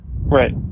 right